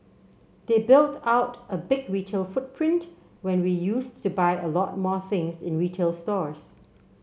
they built out a big retail footprint when we used to buy a lot more things in retail stores